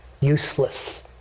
Useless